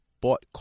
bought